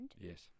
Yes